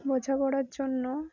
বোঝাপড়ার জন্য